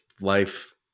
life